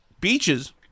beaches